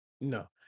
No